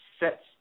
Sets